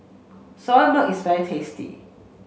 Soya Milk is very tasty